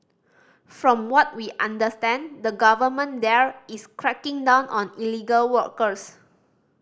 from what we understand the government there is cracking down on illegal workers